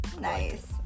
nice